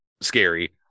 scary